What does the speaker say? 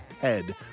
head